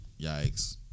Yikes